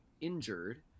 injured